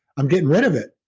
i'm getting rid of it,